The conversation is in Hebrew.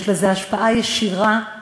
יש לזה השפעה ישירה על